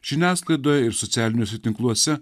žiniasklaidoje ir socialiniuose tinkluose